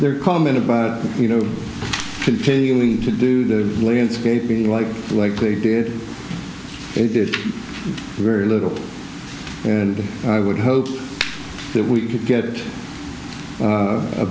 their comment about you know continuing to do the landscaping like like they did it very little and i would hope that we could get a